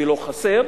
ולא חסר,